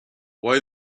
why